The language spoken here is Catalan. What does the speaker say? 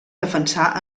defensar